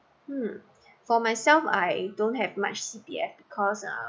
hmm for myself I don't have much C_P_F because uh